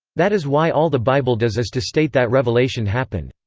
that is why all the bible does is to state that revelation happened.